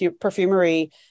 perfumery